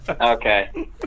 Okay